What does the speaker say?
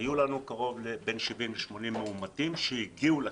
היו בין 70 ל-80 מאומתים שהגיעו לכנסת.